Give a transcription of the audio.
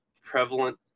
prevalent